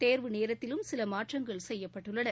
தேர்வு நேரத்திலும் சில மாற்றங்கள் செய்யப்பட்டுள்ளன